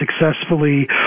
successfully